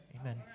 Amen